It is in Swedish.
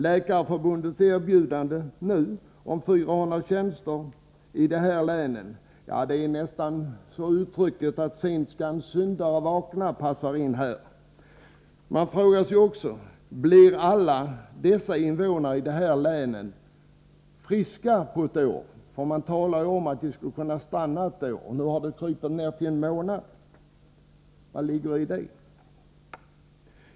Läkarförbundet har nu erbjudit 400 tjänster i dessa län — det är nästan så att uttrycket ”sent skall syndaren vakna” passar in i det sammanhanget. Man frågar sig också om alla invånare i dessa län blir friska på ett år — det talas ju om att läkarna skulle kunna stanna ett år på tjänsterna. Nu har den tiden krympt till en månad — vad ligger bakom det?